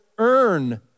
earn